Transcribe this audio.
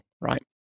right